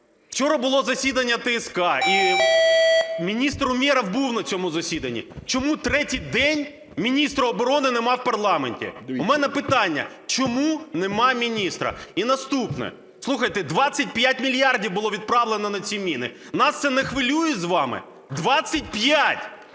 Вчора було засідання ТСК і міністр Умєров був на цьому засіданні. Чому третій день міністра оборони немає в парламенті? У мене питання: чому немає міністра? І наступне. Слухайте, 25 мільярдів було відправлено на ці міни. Нас це не хвилює з вами? 25,